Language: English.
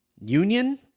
union